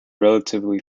relatively